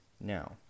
Now